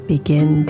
begin